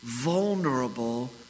vulnerable